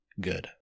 good